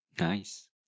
nice